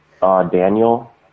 Daniel